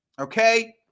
okay